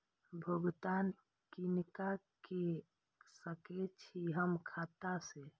भुगतान किनका के सकै छी हम खाता से?